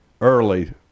early